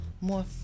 more